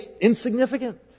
insignificant